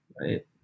right